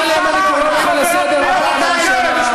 למה אתה הראשון שבוער לו ונהיה אדום?